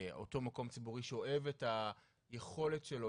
אותו מקום ציבורי שואב את היכולת שלו,